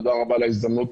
תודה רבה על ההזדמנות.